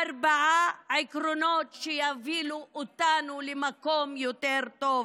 ארבעה עקרונות שיובילו אותנו למקום יותר טוב.